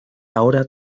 ahora